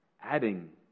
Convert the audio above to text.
adding